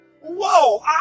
whoa